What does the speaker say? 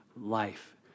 life